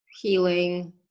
healing